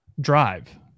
Drive